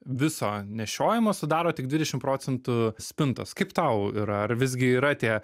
viso nešiojimo sudaro tik dvidešim procentų spintos kaip tau yra ar visgi yra tie